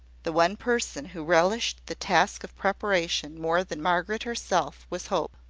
the one person who relished the task of preparation more than margaret herself was hope.